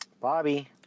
Bobby